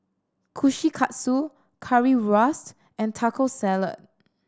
Kushikatsu Currywurst and Taco Salad